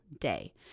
day